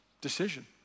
decision